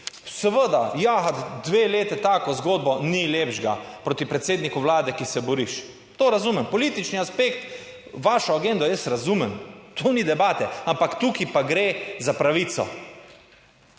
seveda, ja, dve leti tako zgodbo, ni lepšega proti predsedniku Vlade, ki se boriš, to razumem, politični aspekt, vašo agendo jaz razumem, to ni debate, ampak tukaj pa gre za pravico.